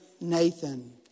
Nathan